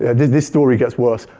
this this story gets worse.